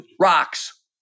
rocks